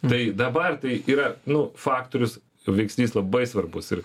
tai dabar tai yra nu faktorius veiksnys labai svarbus ir